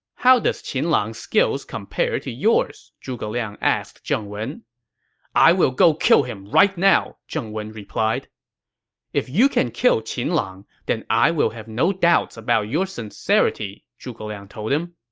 how does qin lang's skills compare to yours? zhuge liang asked zheng wen i will go kill him right now, zheng wen replied if you can kill qin lang, then i will have no doubts about your sincerity, zhuge liang told him.